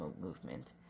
movement